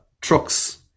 trucks